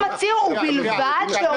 נמצאים פה כמעט כל עוזריי בלשכה,